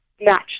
match